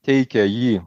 teikia jį